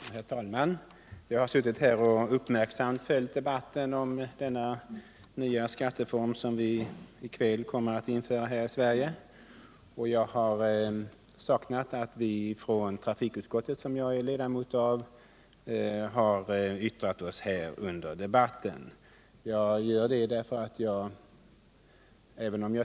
Herr talman! Jag har suttit här och uppmärksamt följt debatten om den nya skatteform som vi i kväll kommer att införa här i Sverige, och jag har saknat ett inlägg från någon talesman för trafikutskottet, som jag är ledamot av.